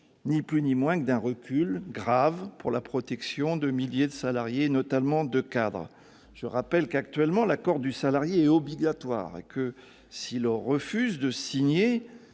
Il s'agit d'un recul grave pour la protection de milliers de salariés, et notamment de cadres. Je rappelle qu'actuellement l'accord du salarié est obligatoire et que, s'il refuse de signer